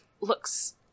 looks